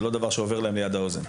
זה לא דבר שעובר להם ליד האוזן.